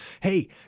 hey